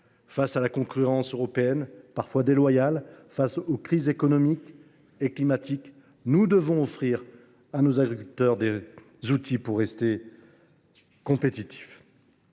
Face à la concurrence européenne, parfois déloyale, face aux crises économiques et climatiques, nous devons offrir à nos agriculteurs des outils pour rester compétitifs.